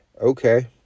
Okay